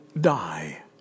die